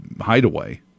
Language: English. hideaway